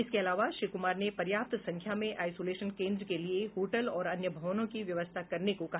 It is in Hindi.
इसके अलावा श्री कुमार ने पर्याप्त संख्या में आइसोलेशन केन्द्र के लिये होटल और अन्य भवनों की व्यवस्था करने को कहा